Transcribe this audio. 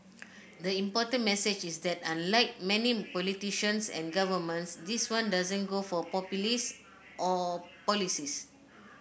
the important message is that unlike many politicians and governments this one doesn't go for populist or policies